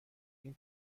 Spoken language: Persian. این